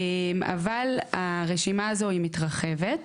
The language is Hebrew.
אבל, הרשימה הזו היא מתרחבת.